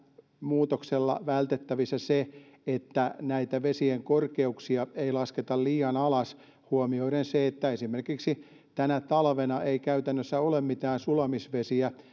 muutoksella vältettävissä se että näitä vesien korkeuksia lasketaan liian alas kun huomioidaan se että esimerkiksi tänä talvena ei käytännössä ole mitään sulamisvesiä